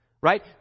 Right